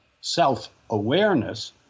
self-awareness